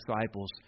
disciples